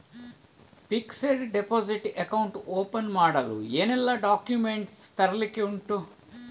Fixed deposit account open ಮಾಡಲು ಏನೆಲ್ಲಾ documents ತರ್ಲಿಕ್ಕೆ ಉಂಟು?